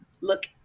look